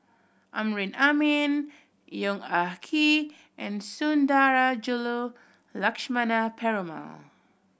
Amrin Amin Yong Ah Kee and Sundarajulu Lakshmana Perumal